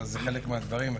אבל זה חלק מהדברים.